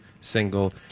single